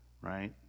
right